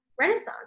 renaissance